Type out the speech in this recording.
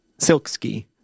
Silkski